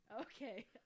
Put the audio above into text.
Okay